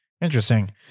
Interesting